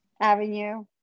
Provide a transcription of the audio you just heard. avenue